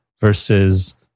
versus